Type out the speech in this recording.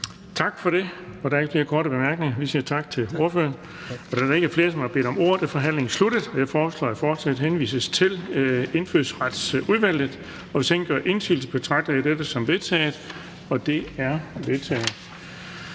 bemærkninger. Vi siger tak til ordføreren. Da der ikke er flere, som har bedt om ordet, er forhandlingen sluttet. Jeg foreslår, at forslaget henvises til Indfødsretsudvalget. Hvis ingen gør indsigelse, betragter jeg dette som vedtaget. Det er vedtaget.